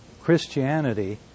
Christianity